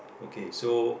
okay so